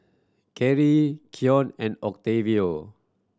Carry Coen and Octavio